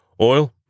Oil